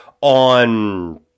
on